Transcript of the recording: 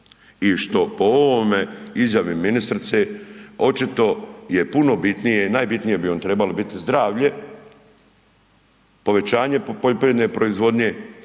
i što po ovome, izjave ministrice očito je puno bitnije i najbitnije bi vam trebalo biti zdravlje, povećanje poljoprivredne proizvodnje,